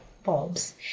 bulbs